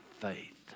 faith